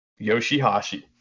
Yoshihashi